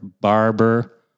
Barber